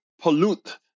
pollute